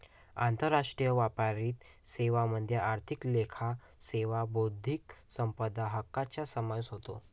आंतरराष्ट्रीय व्यापारातील सेवांमध्ये आर्थिक लेखा सेवा बौद्धिक संपदा हक्कांचा समावेश होतो